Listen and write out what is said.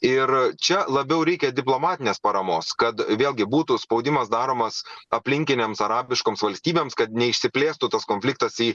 ir čia labiau reikia diplomatinės paramos kad vėlgi būtų spaudimas daromas aplinkinėms arabiškoms valstybėms kad neišsiplėstų tas konfliktas į